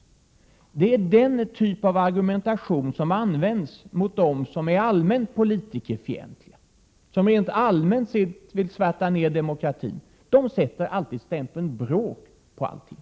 Talet om bråk är den typ av argumentation som används av dem som rent allmänt är politikerfientliga, som vill svärta ned demokratin. De sätter alltid stämpeln bråk på allting.